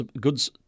goods